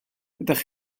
ydych